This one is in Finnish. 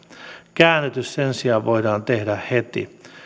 käännytys sen sijaan voidaan tehdä heti